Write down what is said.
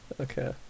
Okay